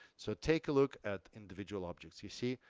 so take a look at individual objects. you see,